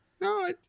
No